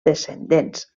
descendents